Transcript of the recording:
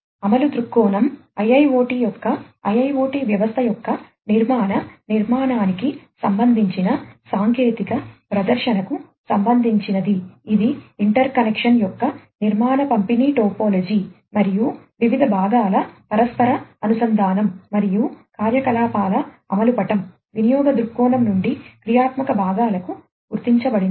అమలు దృక్కోణం IIoT యొక్క IIoT వ్యవస్థ యొక్క నిర్మాణ నిర్మాణానికి సంబంధించిన సాంకేతిక ప్రదర్శనకు సంబంధించినది ఇది ఇంటర్ కనెక్షన్ మరియు వివిధ భాగాల పరస్పర అనుసంధానం మరియు కార్యకలాపాల అమలు పటం వినియోగ దృక్కోణం నుండి క్రియాత్మక భాగాలకు గుర్తించబడింది